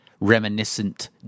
reminiscent